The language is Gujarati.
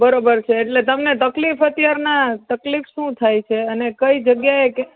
બરોબર છે એટલે તમને તકલીફ અત્યારના તકલીફ શું થાય છે અને કઈ જગ્યાએ